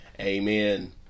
Amen